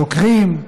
חוקרים,